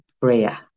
prayer